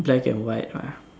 black and white ah